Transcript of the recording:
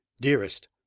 Dearest